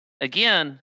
again